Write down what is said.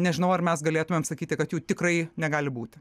nežinau ar mes galėtumėm sakyti kad jų tikrai negali būti